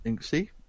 See